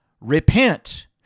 Repent